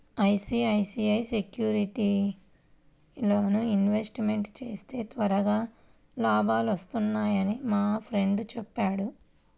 ICICI సెక్యూరిటీస్లో investment చేస్తే త్వరగా లాభాలొత్తన్నయ్యని మా ఫ్రెండు చెప్పాడు